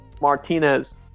Martinez